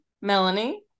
melanie